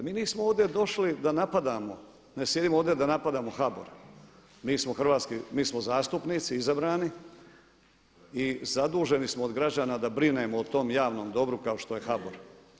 Mi nismo ovdje došli da napadamo, ne sjedimo ovdje da napadamo HBOR mi smo zastupnici izabrani i zaduženi smo od građana da brinemo o tom javnom dobru kao što je HBOR.